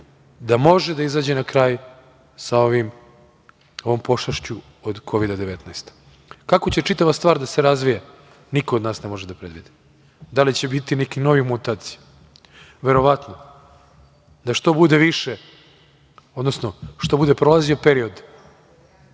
da može da izađe na kraj sa ovom pošasti od Kovida-19.Kako će čitava stvar da se razvija, niko od nas ne može da predvidi. Da li će biti neke nove mutacije? Verovatno. Što bude prolazio period